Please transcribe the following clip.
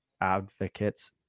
advocates